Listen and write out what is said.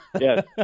Yes